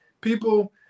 people